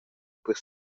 per